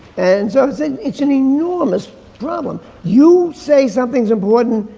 and so it's an enormous problem. you say something's important,